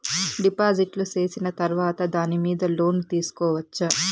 డిపాజిట్లు సేసిన తర్వాత దాని మీద లోను తీసుకోవచ్చా?